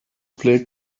play